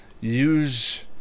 use